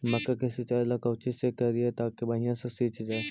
मक्का के सिंचाई ला कोची से करिए ताकी बढ़िया से सींच जाय?